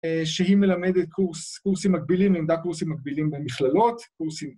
‫שהיא מלמדת קורסים מקבילים, ‫לימדה קורסים מקבילים במכללות.